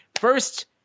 first